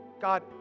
God